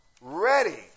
ready